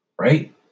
Right